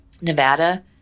Nevada